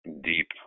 deep